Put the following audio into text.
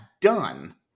done